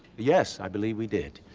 yes, i believe we did.